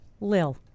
Lil